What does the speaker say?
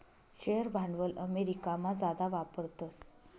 share भांडवल अमेरिकामा जादा वापरतस